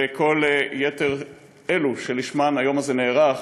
וכל יתר אלו שלשמן היום הזה נערך,